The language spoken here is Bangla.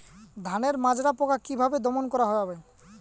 ধানের মাজরা পোকা কি ভাবে দমন করা যাবে?